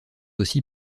aussi